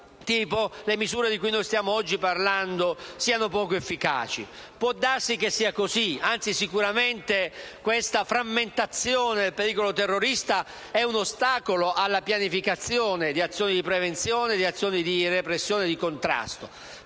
tipo, le misure di cui stiamo oggi parlando siano poco efficaci. Può darsi che sia così, anzi sicuramente questa frammentazione del pericolo terrorista è un ostacolo alla pianificazione di azioni di prevenzione, di repressione e di contrasto.